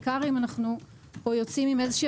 בעיקר אם אנחנו פה יוצאים עם איזושהי